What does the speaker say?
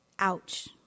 ouch